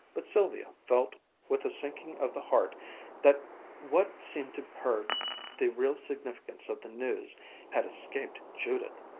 but sylvia felt with a sinking of the heart that what seemed to her the real significance of the news had escaped judith.